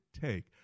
take